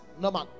number